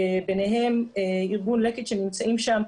ביניהם ארגון לקט ישראל שנמצא בדיון,